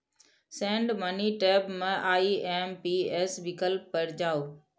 send money tab मे IMPS विकल्प पर जाउ